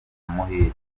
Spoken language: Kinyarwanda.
muhire